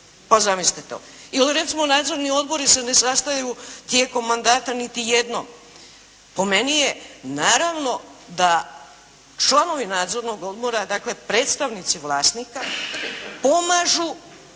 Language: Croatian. Pa, zamislite to! Ili recimo nadzorni odbori se ne sastaju tijekom mandata niti jednom. Po meni je naravno da članovi nadzornog odbora dakle predstavnici vlasnika pomažu